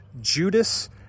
Judas